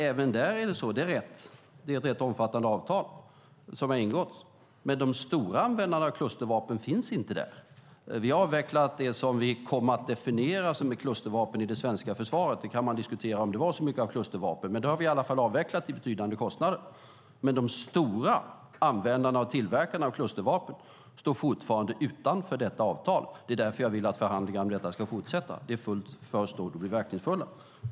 Även där är det så - det är rätt - att det är ett rätt omfattande avtal som har ingåtts. Men de stora användarna av klustervapen finns inte där. Vi har avvecklat det som vi kom att definiera som klustervapen i det svenska försvaret. Man kan diskutera om det var så mycket av klustervapen, men det har vi i alla fall avvecklat, till betydande kostnader. Men de stora användarna och tillverkarna av klustervapen står fortfarande utanför detta avtal. Det är därför jag vill att förhandlingarna om detta ska fortsätta. Det är först då de blir verkningsfulla.